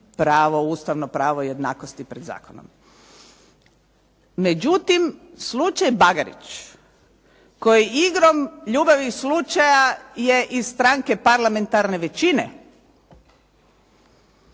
pravo, ustavno pravo i jednakosti pred zakonom. Međutim, slučaj Bagarić koji igrom ljubavi slučaja je iz stranke parlamentarne većine